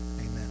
Amen